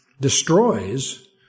destroys